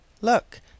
Look